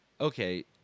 okay